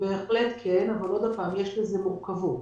כמה שיותר.